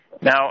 Now